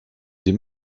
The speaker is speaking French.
des